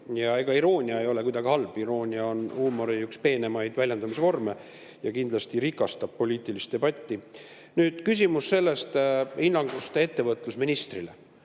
Ja ega iroonia ei ole kuidagi halb, iroonia on huumori peenemaid väljendamisvorme ja see kindlasti rikastab poliitilist debatti. Nüüd, küsimus hinnangust ettevõtlusministrile.